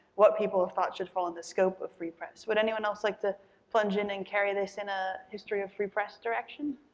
what people have thought should fall in the scope of free press. would anyone else like to plunge in and carry this in a history of free press direction?